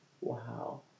wow